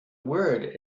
word